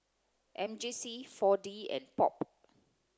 M J C Four D and Pop